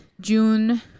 June